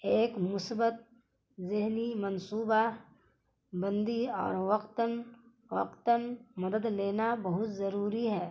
ایک مثبت ذہنی منصوبہ بندی اور وقتاً فوقتاً مدد لینا بہت ضروری ہے